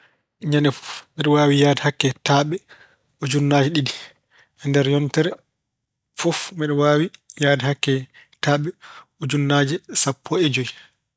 Ñande fof, mbeɗa waawi yahde hakke taaɓe ujunnaaje ɗiɗi. E nder yontere fof, mbeɗa waawi yahde hakke taaɓe ujunnaaje sappo e joyi.